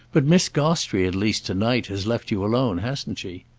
but miss gostrey at least to-night has left you alone, hasn't she?